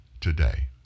today